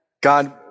God